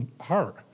heart